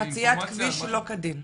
חציית כביש שלא כדין.